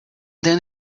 then